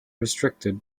restricted